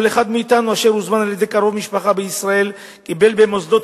כל אחד מאתנו אשר הוזמן על-ידי קרוב משפחה בישראל קיבל במוסדות